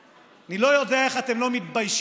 אני לא יודע איך אתם לא מתביישים.